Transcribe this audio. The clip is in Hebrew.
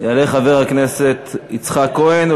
יעלה חבר הכנסת יצחק כהן,